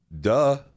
Duh